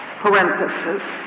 parenthesis